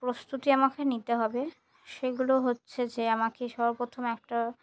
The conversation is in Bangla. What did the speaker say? প্রস্তুতি আমাকে নিতে হবে সেগুলো হচ্ছে যে আমাকে সর্বপ্রথম একটা